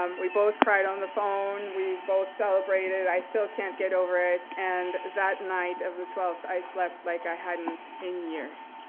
um we both cried on the phone. we both celebrated. i still can't get over it. and that night of the twelfth i slept like i hadn't hadn't in years.